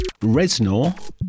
Resnor